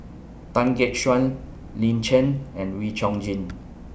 Tan Gek Suan Lin Chen and Wee Chong Jin